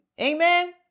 Amen